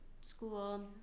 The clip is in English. school